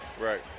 Right